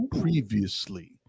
previously